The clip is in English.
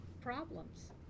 problems